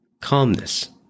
calmness